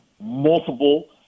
multiple